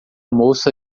moça